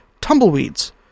Tumbleweeds